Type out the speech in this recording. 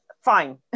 Fine